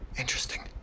Interesting